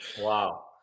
Wow